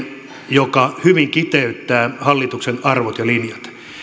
joka hyvin kiteyttää hallituksen arvot ja linjat